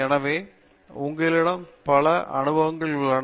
எனவே உங்களிடம் பல அனுபவங்கள் உள்ளன